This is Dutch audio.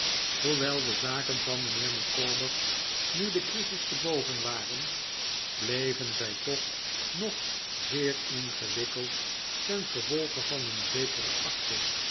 hoewel de zaken van mijnheer micawber nu de crisis te boven waren bleven zij toch nog zeer ingewikkeld ten gevolge van een zekere akte